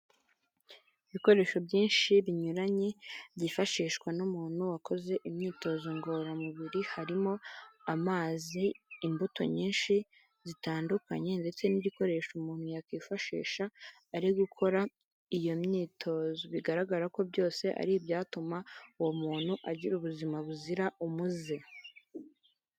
Ibikoresho byinshi binyuranye byifashishwa n'umuntu wakoze imyitozo ngororamubiri, harimo amazi, imbuto nyinshi zitandukanye, ndetse n'igikoresho umuntu yakwifashisha ari gukora iyo myitozo; bigaragara ko byose ari ibyatuma uwo muntu agira ubuzima buzira umuze.